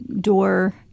door